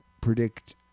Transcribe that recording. predict